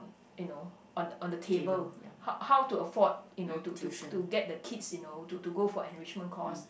you know on on the table how how to afford you know to to to get the kids you know to to go for enrichment course